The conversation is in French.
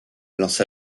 lance